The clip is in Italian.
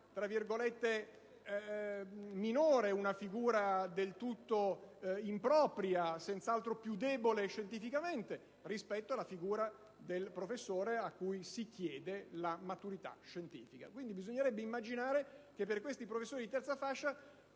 una figura di minor livello, del tutto impropria, senz'altro più debole scientificamente della figura di professore cui si chiede la maturità scientifica. Bisognerebbe immaginare che per questi professori di terza fascia